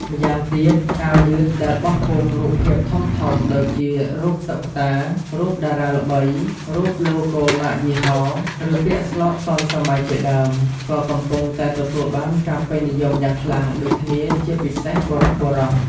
ម្យ៉ាងទៀត អាវយឺតដែលបោះពុម្ពរូបភាពធំៗដូចជារូបតុក្កតា រូបតារាល្បី រូបឡូហ្គោម៉ាកយីហោ ឬពាក្យស្លោកទាន់សម័យជាដើម ក៏កំពុងតែទទួលបានការពេញនិយមយ៉ាងខ្លាំងដូចគ្នាជាពិសេសបុរសៗ។